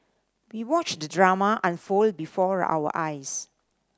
we watched the drama unfold before our eyes